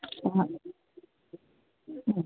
ആ ഉം